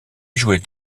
jouait